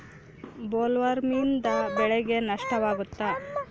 ಬೊಲ್ವರ್ಮ್ನಿಂದ ಬೆಳೆಗೆ ನಷ್ಟವಾಗುತ್ತ?